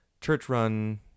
church-run